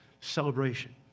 celebration